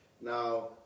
now